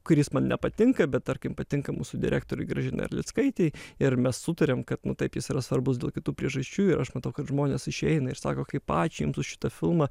kuris man nepatinka bet tarkim patinka mūsų direktorei gražinai arlickaitei ir mes sutariam kad nu taip jis yra svarbus dėl kitų priežasčių ir aš matau kad žmonės išeina ir sako kaip ačiū jums už šitą filmą